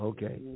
Okay